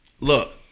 Look